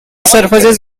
surfaces